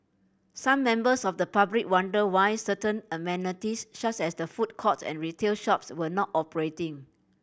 some members of the public wondered why certain amenities such as the food court and retail shops were not operating